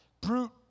Brute